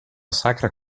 sacra